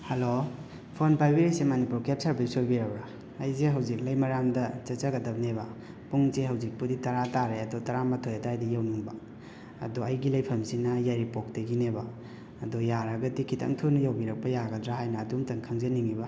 hello phone ꯄꯥꯏꯕꯤꯔꯤꯁꯤ Manipur cab service ꯑꯣꯏꯕꯤꯔꯕꯔ ꯑꯩꯁꯦ ꯍꯧꯖꯤꯛ ꯂꯩꯃꯔꯥꯝꯗ ꯆꯠꯆꯒꯗꯕꯅꯦꯕ ꯄꯨꯡꯁꯦ ꯍꯧꯖꯤꯛꯄꯨꯗꯤ ꯇꯔꯥ ꯇꯥꯔꯦ ꯑꯗꯣ ꯇꯔꯥꯃꯥꯊꯣꯏ ꯑꯗꯨꯋꯥꯏꯗ ꯌꯧꯅꯤꯡꯕ ꯑꯗꯣ ꯑꯩꯒꯤ ꯂꯩꯐꯝꯁꯤꯅ ꯌꯥꯏꯔꯤꯄꯣꯛꯇꯒꯤꯅꯦꯕ ꯑꯗꯣ ꯌꯥꯔꯒꯗꯤ ꯈꯤꯇꯪ ꯊꯨꯅ ꯌꯧꯕꯤꯔꯛꯄ ꯌꯥꯒꯗꯔ ꯍꯥꯏꯅ ꯑꯗꯨꯃꯇꯪ ꯈꯪꯖꯅꯤꯡꯉꯤꯕ